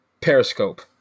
periscope